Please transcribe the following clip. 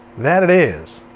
that it is.